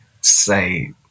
say